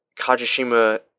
Kajishima